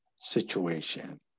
situation